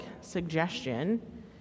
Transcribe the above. suggestion